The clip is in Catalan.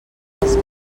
els